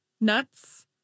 nuts